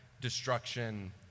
destruction